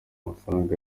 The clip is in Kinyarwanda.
amafaranga